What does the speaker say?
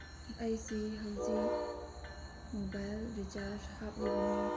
ꯑꯩꯁꯤ ꯍꯧꯖꯤꯛ mobile recharge ꯍꯥꯞꯂꯤꯕꯅꯤ